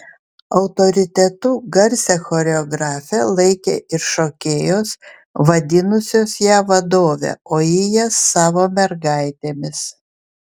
autoritetu garsią choreografę laikė ir šokėjos vadinusios ją vadove o ji jas savo mergaitėmis